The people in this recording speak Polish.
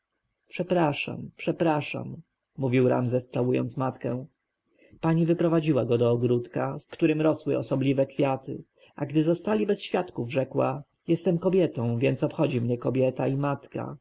przepraszam przepraszam mówił ramzes całując matkę pani wyprowadziła go do ogródka w którym rosły osobliwe kwiaty a gdy zostali bez świadków rzekła jestem kobietą więc obchodzi mnie kobieta i matka